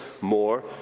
more